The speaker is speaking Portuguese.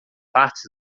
partes